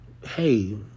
hey